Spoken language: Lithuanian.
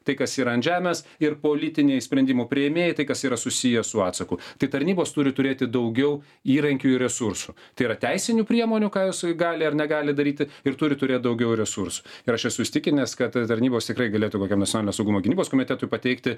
tai kas yra ant žemės ir politiniai sprendimų priėmėjai tai kas yra susiję su atsaku tai tarnybos turi turėti daugiau įrankių ir resursų tai yra teisinių priemonių ką jisai gali ir negali daryti ir turi turėt daugiau resursų ir aš esu įsitikinęs kad tarnybos tikrai galėtų kokiam nacionalinio saugumo gynybos komitetui pateikti